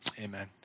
amen